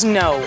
no